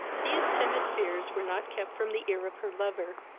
these timid fears were not kept from the ear of her lover,